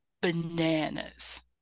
bananas